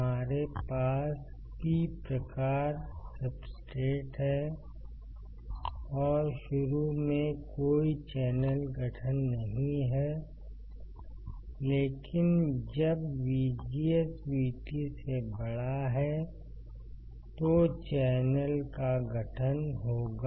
हमारे पास P प्रकार सब्सट्रेट है और शुरू में कोई चैनल गठन नहीं है लेकिन जब VGS VT से बड़ा है तो चैनल का गठन होगा